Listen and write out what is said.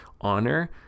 honor